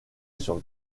sur